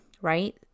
right